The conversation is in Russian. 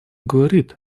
говорит